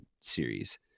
series